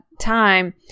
time